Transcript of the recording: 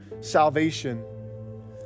salvation